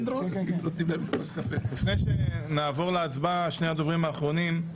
לפני שנעבור להצבעה, שני דוברים אחרונים.